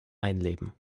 einleben